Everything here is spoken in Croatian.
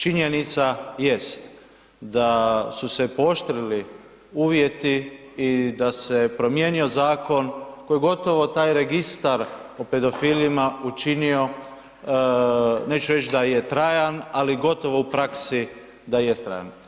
Činjenica jest da su se pooštrili uvjeti i da se promijenio zakon koji je gotovo taj registar o pedofilima učinio, neću reći da je trajan ali gotovo u praksi da jest trajan.